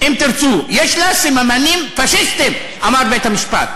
"אם תרצו" יש לה סממנים פאשיסטיים, אמר בית-המשפט.